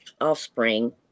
offspring